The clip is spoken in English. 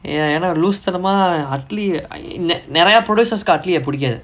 ya ஏன்னா:yenna loose uh தனமா:thanama atlee I ne~ நெறய:neraya producers கு:ku atlee ah புடிக்காது:pudikaathu